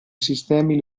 sistemi